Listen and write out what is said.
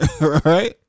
right